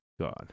god